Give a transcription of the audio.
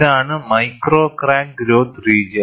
ഇതാണ് micro crack growth region